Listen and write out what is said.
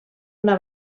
una